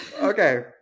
Okay